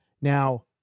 now